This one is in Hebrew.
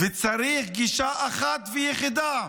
וצריך גישה אחת ויחידה,